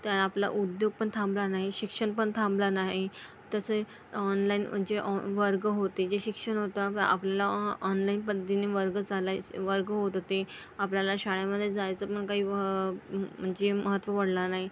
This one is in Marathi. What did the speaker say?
त्यानं आपला उद्योग पण थांबला नाही शिक्षण पण थांबला नाही तसे ऑनलाईन जे ऑ वर्ग होते जे शिक्षण होतं आपल्याला ऑनलाईन पद्धतीने वर्ग चालायचे वर्ग होत होते आपल्याला शाळेमध्ये जायचं पण काही म्हणजे महत्त्व पडला नाही